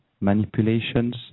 manipulations